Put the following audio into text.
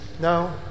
No